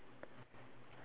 so I just circle the top part